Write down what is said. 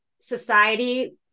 society